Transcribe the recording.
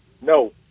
No